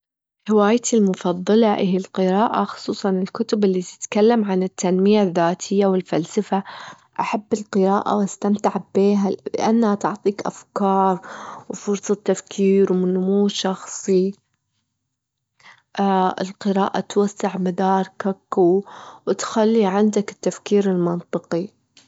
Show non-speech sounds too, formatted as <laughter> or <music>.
هوايتي المفضلة إهي القراءة، خصوصًا الكتب اللي تتكلم عن التنمية الذاتية والفلسفة، أحب القراءة واستمتع بها، لأنها تعطيك أفكار وفرصة تفكير ونمو شخصي، <hesitation> القراءة توسع مداركك، وتخلي عندك التفكير المنطقي.